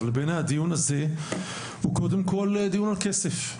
אבל בעיני הדיון הזה הוא קודם ולפני הכול דיון על כסף.